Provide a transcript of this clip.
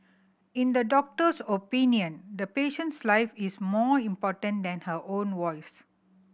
in the doctor's opinion the patient's life is more important than her own voice